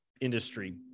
industry